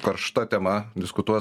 karšta tema diskutuos